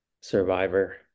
survivor